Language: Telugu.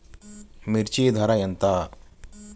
మిర్చి ధర ఎంత?